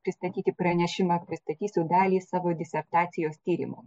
pristatyti pranešimą pristatysiu dalį savo disertacijos tyrimo